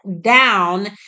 down